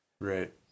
Right